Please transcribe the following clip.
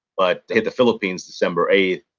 but they hit the philippines december eight,